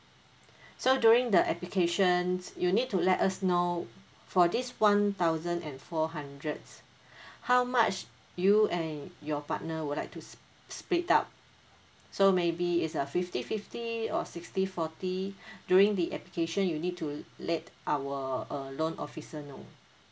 so during the applications you need to let us know for this one thousand and four hundreds how much you and your partner would like to sp~ split up so maybe is a fifty fifty or sixty forty during the application you need to let our uh loan officer know